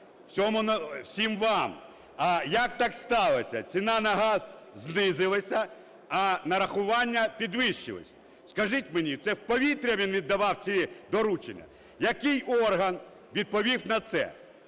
всім вам: а як так сталося, ціна на газ знизилася, а нарахування підвищилися? Скажіть мені, це в повітря він віддавав ці доручення? Який орган відповів на це?